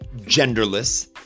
genderless